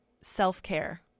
self-care